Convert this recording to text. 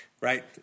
right